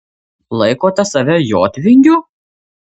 laikote save jotvingiu